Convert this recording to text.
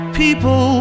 people